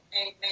Amen